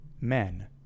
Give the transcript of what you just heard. men